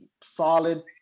solid